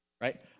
right